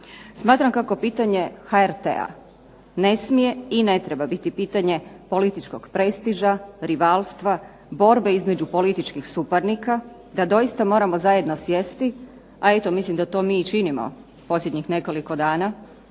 Smatram kako pitanje HRT-a ne smije i ne treba biti pitanje političkog prestiža, rivalstva, borbe između političkih suparnika, da doista moramo zajedno sjesti, a eto mislim da to mi i činimo posljednjih nekoliko dana,